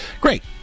great